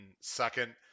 second